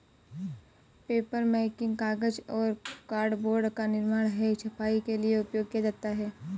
papermaking कागज और cardboard का निर्माण है छपाई के लिए उपयोग किया जाता है